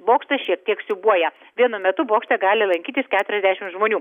bokštas šiek tiek siūbuoja vienu metu bokšte gali lankytis keturiasdešim žmonių